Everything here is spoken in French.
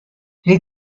les